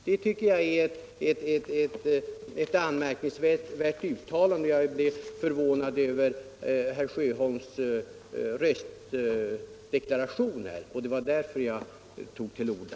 Det tycker jag är ett anmärkningsvärt uttalande. Jag blev förvånad över herr Sjöholms röstdeklaration, och det var därför jag tog till orda.